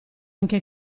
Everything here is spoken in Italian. anche